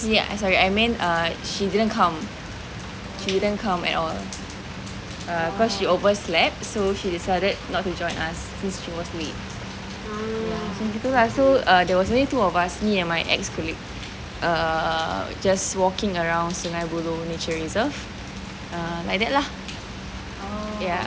as in as in sorry I meant uh she didn't come she didn't come at all err cause she overslept so she decided not to join us since she was later ya lah so there was only two of us me and my ex colleague err just walking around sungei buloh nature reserve um like that lah ya